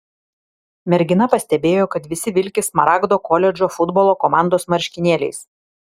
mergina pastebėjo kad visi vilki smaragdo koledžo futbolo komandos marškinėliais